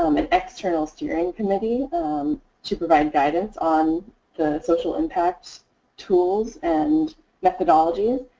um an external steering committee to provide guidance on the social impact tools and methodologies.